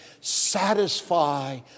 satisfy